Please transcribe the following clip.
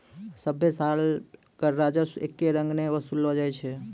सभ्भे साल कर राजस्व एक्के रंग नै वसूललो जाय छै